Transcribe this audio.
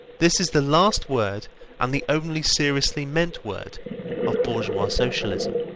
this is the last word and the only seriously meant word of bourgeois socialism.